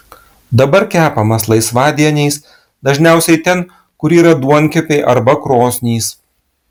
dabar kepamas laisvadieniais dažniausiai ten kur yra duonkepiai arba krosnys